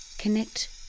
Connect